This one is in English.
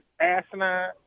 asinine